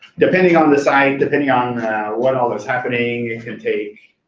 depending on the site, depending on what all is happening, it can take